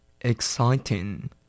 exciting